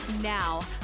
Now